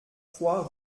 trois